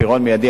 פירעון מיידי,